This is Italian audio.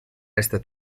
resta